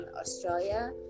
Australia